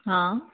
हा